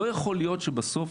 לא יכול להיות שבסוף,